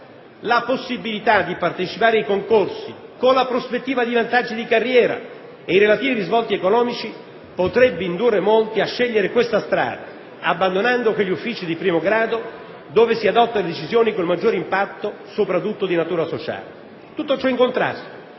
la possibilità di partecipare ai concorsi, con la prospettiva di vantaggi di carriera e i relativi risvolti economici, potrebbe indurre molti a scegliere questa strada, abbandonando quegli uffici di primo grado dove si adottano le decisioni con maggiore impatto, soprattutto di natura sociale. Tutto ciò in contrasto